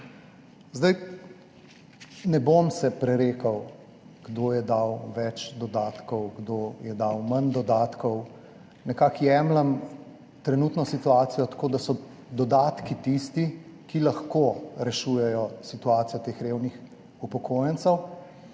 Ne bom se prerekal, kdo je dal več dodatkov, kdo je dal manj dodatkov. Nekako jemljem trenutno situacijo tako, da so dodatki tisti, ki lahko rešujejo situacijo teh revnih upokojencev,